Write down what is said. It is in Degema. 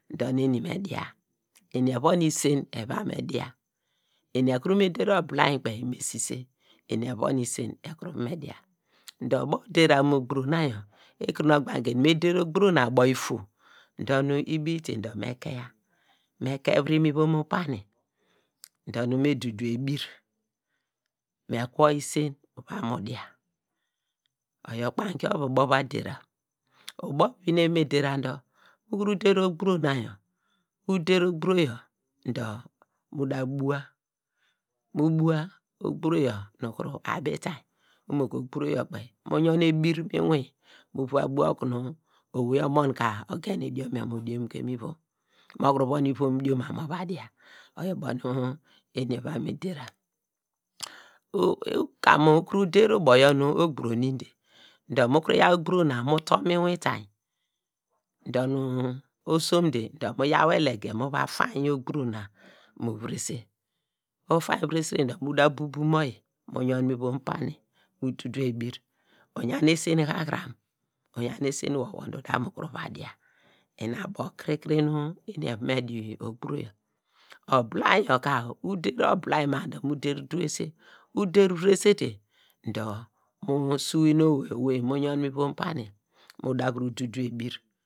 Dor nu eni nu dia, eni evon isen eva me dia, eni ekuru nu der ibilainy kpei me sise eni ekuru evon isen ekuru evon me dia, dor ubo der ram ogburo na yor ekure nu ogbagne eni me dor ogburu abo ifo dor nu ebiite dor me keya, me kevre mu ivom pani dor nu me dudu ebir, me kwo isen uva mu dia, oyor ukpangi ovu ubo va der ra, ubo vi vi nu eva me der ra dor ukum der ogburo na, uder ogburo yor dor mu da bua, mu bua ogburo yor dor mu da bua, mu bua ogburo yor nu da bua, mu bua ogburo yor nu obitainy umo ka ogburo yor kpei, mu yan ebir mu inwin mu va bua okunu owei omon ka ogen idiom yor mo diom ke mu ivom, mu kuru wom dioma mo va dia, oyor ubo nu eni eva me der ra, kemu ukuru der ubo yor nu ogburo, oninde dor mu kuru yaw ogburo na mu towy mu itainy dor nu osomde dor mu yaw elege mu va faya ogburo na mu virese ufanya viresen dor mu da bubum mu oyi mu yon mu ivom pani mu du du ebir, uyan esen hahram, uyan esen wor wor dor udamu kuru va dia, ina abo kiri kiri nu eni eva me di ogburo yor, oblainy yor ka uder oblainy ma dor mu der duese, uder viresete dor mu su inu owei owei mu yen mu pani mu da kuru du du ebir.